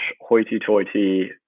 hoity-toity